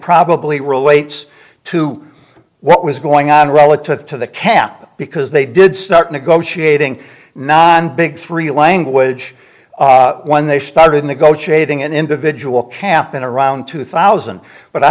probably relates to what was going on relative to the cap because they did start negotiating and big three language when they started negotiating an individual cap in around two thousand but i